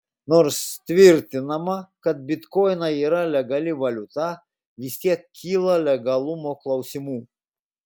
nors tvirtinama kad bitkoinai yra legali valiuta vis tiek kyla legalumo klausimų